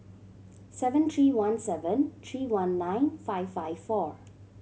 seven three one seven three one nine five five four